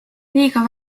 liiga